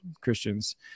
Christians